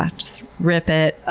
ah just rip it,